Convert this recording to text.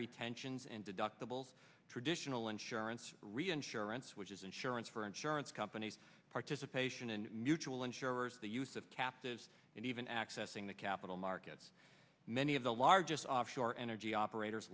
retentions and deductibles traditional insurance reinsurance which is insurance for insurance companies participation in mutual insurers the use of captives and even accessing the capital markets many of the largest offshore energy operators